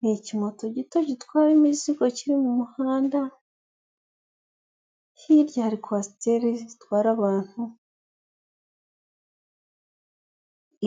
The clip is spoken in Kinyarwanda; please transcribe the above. Ni ikimoto gito gitwaye imizigo, kiri mu muhanda, hirya hari kwasiteri zitwara abantu,